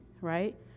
right